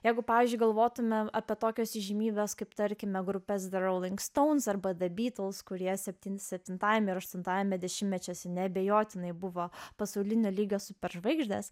jeigu pavyzdžiui galvotume apie tokias įžymybes kaip tarkime grupes darau lankstaus arba dabitos kurie septin septintajame aštuntajame dešimtmečiuose neabejotinai buvo pasaulinio lygio superžvaigždės